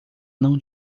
não